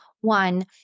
One